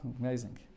amazing